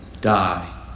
die